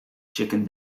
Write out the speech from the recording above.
chicken